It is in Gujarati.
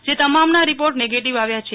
જે તમામ રીપોર્ટ નેગેટીવ આવ્યા છે